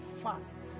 fast